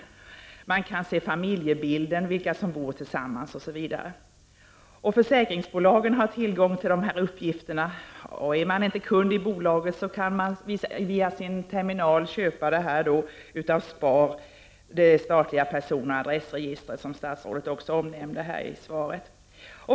Där kan man också se familjebild, vilka som bor tillsammans osv. Försäkringsbolagen har tillgång till de flesta av dessa uppgifter. Är man inte kund i bolaget kan det ändå via sin terminal köpa uppgifter av SPAR - det statliga personoch adressregistret, som statsrådet också omnämnde i svaret.